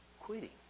quitting